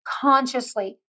consciously